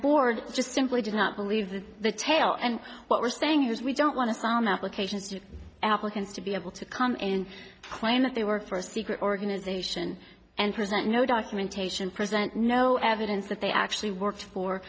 board just simply did not believe that the tale and what we're saying is we don't want to sound applications to applicants to be able to come and claim that they work for secret organisation and present no documentation present no evidence that they actually work for